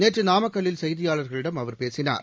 நேற்று நாமக்கல்லில் செய்தியாளர்களிடம் அவர் பேசினார்